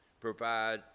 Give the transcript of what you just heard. provide